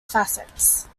fascists